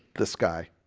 this guy